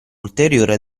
ulteriore